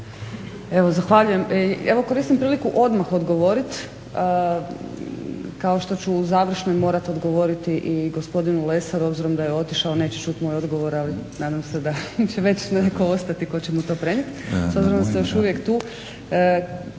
Evo zahvaljujem. Koristim priliku odmah odgovoriti kao što ću u završnoj morati odgovoriti i gospodinu Lesaru. Obzirom da je otišao neće čuti moj odgovor ali nadam se da će veće netko ostati tko će mu to prenijeti